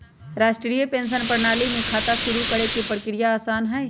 राष्ट्रीय पेंशन प्रणाली में खाता शुरू करे के प्रक्रिया आसान हई